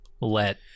let